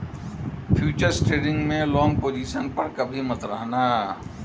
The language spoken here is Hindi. फ्यूचर्स ट्रेडिंग में लॉन्ग पोजिशन पर कभी मत रहना